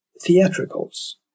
theatricals